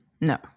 No